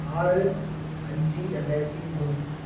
ஆறு அஞ்சு ரெண்டாயிரத்தி மூணு